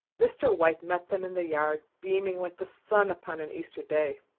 mr. white met them in the yard, beaming like the sun upon an easter day.